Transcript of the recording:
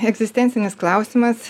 egzistencinis klausimas